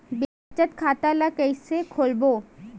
बचत खता ल कइसे खोलबों?